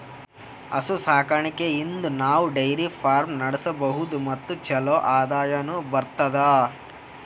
ಹಸು ಸಾಕಾಣಿಕೆಯಿಂದ್ ನಾವ್ ಡೈರಿ ಫಾರ್ಮ್ ನಡ್ಸಬಹುದ್ ಮತ್ ಚಲೋ ಆದಾಯನು ಬರ್ತದಾ